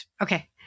Okay